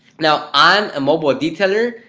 now, i'm a mobile detailer,